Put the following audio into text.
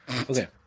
Okay